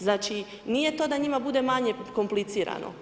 Znači, nije to da njima bude manje komplicirano.